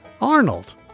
Arnold